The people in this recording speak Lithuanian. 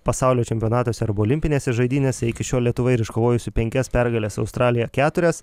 pasaulio čempionatuose arba olimpinėse žaidynėse iki šiol lietuva yra iškovojusi penkias pergales australija keturias